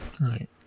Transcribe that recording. Right